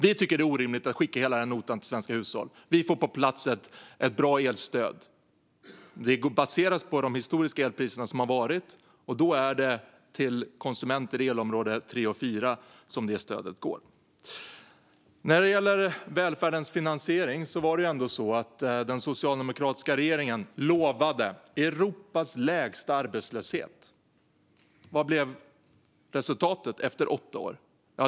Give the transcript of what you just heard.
Vi tycker att det är orimligt att skicka hela denna nota till svenska hushåll, och vi får ett bra elstöd på plats. Det baseras på de historiska elpriserna, och då är det till konsumenter i elområde 3 och 4 som stödet går. När det gäller välfärdens finansiering var det ändå så att den socialdemokratiska regeringen lovade Europas lägsta arbetslöshet. Och vad blev resultatet efter åtta år?